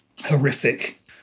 horrific